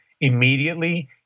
immediately